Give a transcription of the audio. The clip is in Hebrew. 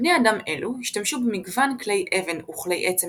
בני-אדם אלו השתמשו במגוון כלי אבן וכלי עצם